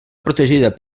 protegida